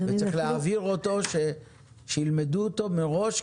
צריך להעביר אותו שילמדו אותו מראש,